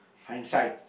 hindsight